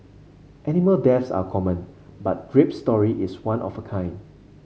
animal deaths are common but Grape's story is one of a kind